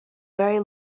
very